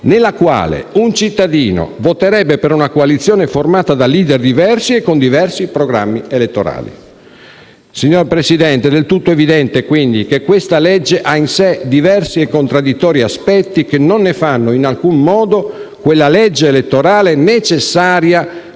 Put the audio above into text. in cui un cittadino voterebbe per una coalizione formata da *leader* diversi e con diversi programmi elettorali. Signor Presidente, è del tutto evidente quindi che questa legge ha in sé diversi e contradditori aspetti, che non ne fanno in alcun modo quella legge elettorale necessaria